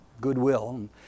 Goodwill